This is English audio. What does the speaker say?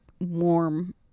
warm